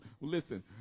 listen